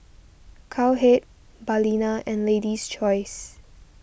Cowhead Balina and Lady's Choice